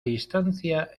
distancia